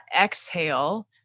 exhale